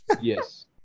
Yes